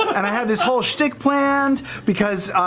and i had this whole shtick planned because,